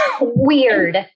Weird